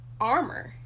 armor